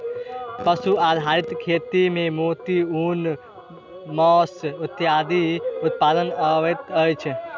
पशु आधारित खेती मे मोती, ऊन, मौस इत्यादिक उत्पादन अबैत अछि